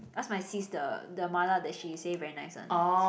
ask my sis the the Ma-la that she say very nice one